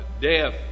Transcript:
death